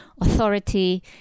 authority